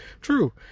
True